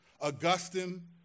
Augustine